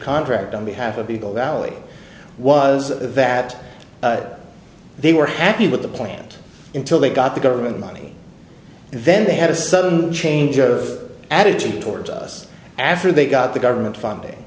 contract on behalf of people valley was that they were happy with the plant until they got the government money and then they had a sudden change of attitude towards us after they got the government funding